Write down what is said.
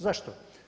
Zašto?